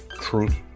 truth